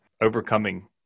overcoming